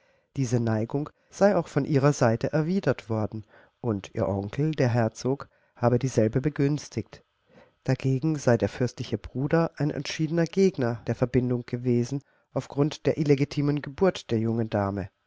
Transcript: diese neigung sei auch von ihrer seite erwidert worden und ihr onkel der herzog habe dieselbe begünstigt dagegen sei der fürstliche bruder ein entschiedener gegner der verbindung gewesen auf grund der illegitimen geburt der jungen dame